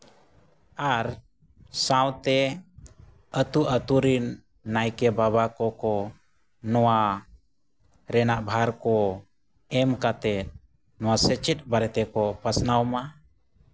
ᱟᱨ ᱥᱟᱶᱛᱮ ᱟᱛᱳ ᱟᱛᱳ ᱨᱤᱱ ᱱᱟᱭᱠᱮ ᱵᱟᱵᱟ ᱠᱚᱠᱚ ᱱᱚᱣᱟ ᱨᱮᱱᱟᱜ ᱵᱷᱟᱨ ᱠᱚ ᱮᱢ ᱠᱟᱛᱮ ᱱᱚᱣᱟ ᱥᱮᱪᱮᱫ ᱵᱟᱨᱮ ᱛᱮᱠᱚ ᱯᱟᱥᱱᱟᱣ ᱢᱟ